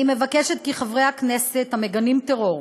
אני מבקשת כי חברי כנסת המגנים טרור,